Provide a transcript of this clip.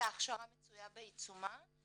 ההכשרה מצויה בעיצומה,